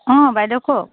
অঁ বাইদেউ কওক